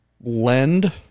lend